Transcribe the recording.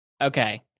Okay